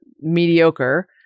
mediocre